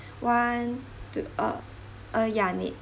one two uh uh ya need